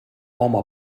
home